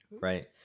Right